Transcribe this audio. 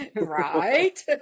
Right